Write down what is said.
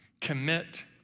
commit